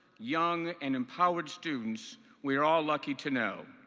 young, and empowered students we are all lucky to know.